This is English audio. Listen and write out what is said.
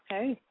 Hey